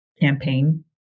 campaign